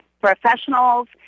professionals